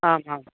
आम् आम्